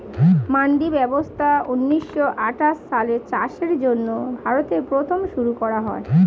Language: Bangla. মান্ডি ব্যবস্থা ঊন্নিশো আঠাশ সালে চাষের জন্য ভারতে প্রথম শুরু করা হয়